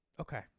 Okay